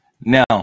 Now